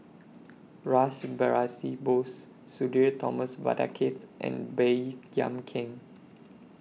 Rash Behari Bose Sudhir Thomas Vadaketh and Baey Yam Keng